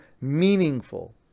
meaningful